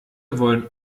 wollen